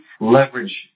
leverage